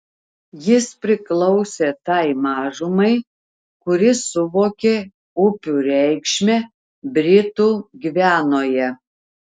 jis priklausė tai mažumai kuri suvokė upių reikšmę britų gvianoje